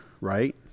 right